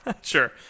sure